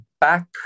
back